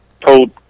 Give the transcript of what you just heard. told